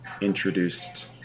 introduced